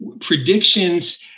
Predictions